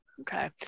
Okay